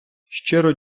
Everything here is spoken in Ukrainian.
щиро